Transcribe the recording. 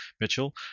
Mitchell